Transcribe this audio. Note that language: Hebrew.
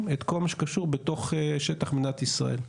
את כל מה שקשור בתוך שטח מדינת ישראל.